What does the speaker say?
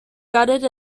gutted